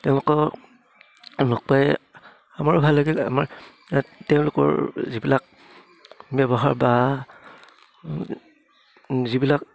তেওঁলোকক লগ পায় আমাৰো ভাল লাগিল আমাৰ তেওঁলোকৰ যিবিলাক ব্যৱহাৰ বা যিবিলাক